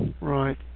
Right